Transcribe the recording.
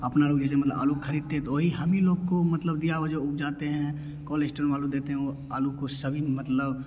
अपना लोग जैसे मतलब आलू ख़रीदते तो वही हम ही लोग को मतलब दिया हुआ जो उपजाते हैं कॉल इश्टोर वाले देते हैं वो आलू को सभी मतलब